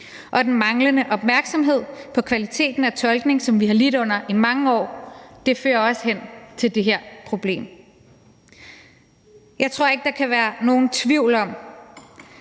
Og den manglende opmærksomhed på kvaliteten af tolkning, som vi har lidt under i mange år, fører også hen til det her problem. Jeg tror ikke, at der kan være nogen tvivl om,